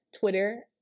Twitter